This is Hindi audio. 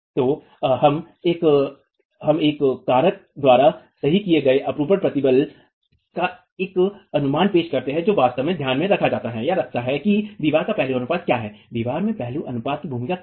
तो हम एक कारक द्वारा सही किए गए अपरूपण प्रतिबल का एक अनुमान पेश करते हैं जो वास्तव में ध्यान में रखता है कि दीवार का पहलू अनुपात क्या है दीवार के पहलू अनुपात की भूमिका क्या है